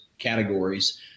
categories